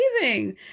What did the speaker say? leaving